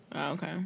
Okay